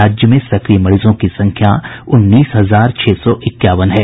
राज्य में सक्रिय मरीजों की संख्या उन्नीस हजार छह सौ इक्यावन है